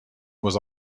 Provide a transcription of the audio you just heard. was